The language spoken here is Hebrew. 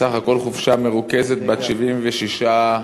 סך הכול חופשה מרוכזת בת 76 ימים.